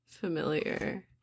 Familiar